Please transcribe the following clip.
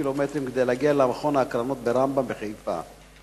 קילומטרים כדי להגיע למכון ההקרנות ב"רמב"ם" בחיפה.